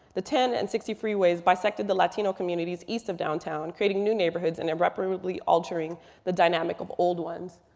the ten and sixty freeways bisected the latino communities east of downtown, creating new neighborhoods and irreparably altering the dynamic of old ones.